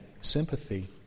sympathy